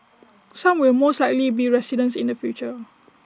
some will most likely be residents in the future